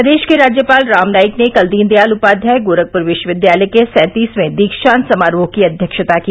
प्रदेश के राज्यपाल राम नाईक ने कल दीनदयाल उपध्याय गोरखप्र विश्वविद्यालय के सैंतीसवें दीक्षान्त समारोह की अध्यक्षता की